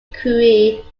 crewe